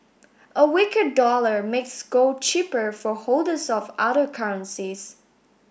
a weaker dollar makes gold cheaper for holders of other currencies